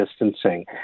distancing